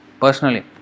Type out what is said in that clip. Personally